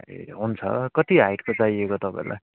ए हुन्छ कति हाइटको चाहिएको तपाईँलाई